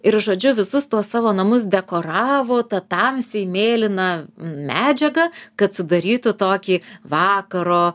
ir žodžiu visus tuos savo namus dekoravo ta tamsiai mėlyna medžiaga kad sudarytų tokį vakaro